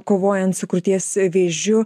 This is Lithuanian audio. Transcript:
kovojant su krūties vėžiu